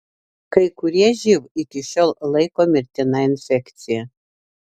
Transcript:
kai kurie živ iki šiol laiko mirtina infekcija